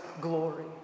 glory